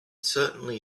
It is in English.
certainly